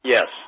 Yes